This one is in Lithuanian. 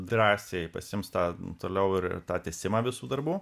drąsiai pasiims tą toliau ir tą tęsimą visų darbų